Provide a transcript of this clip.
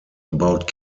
about